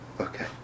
Okay